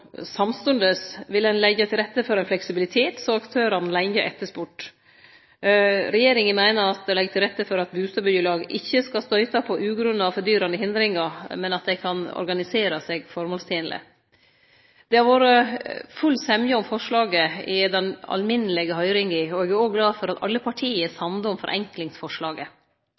Samstundes vil ein leggje til rette for ein fleksibilitet som aktørane lenge har spurt etter. Regjeringa meiner at dette legg til rette for at bustadbyggjelag ikkje skal støyte på ugrunna og fordyrande hindringar, men at dei kan organisere seg føremålstenleg. Det har vore full semje om forslaget i den alminnelege høyringa. Eg er òg glad for at alle partia er samde om forenklingsforslaget.